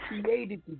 created